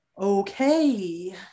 okay